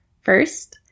First